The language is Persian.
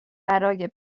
برای